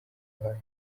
uruhare